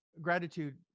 gratitude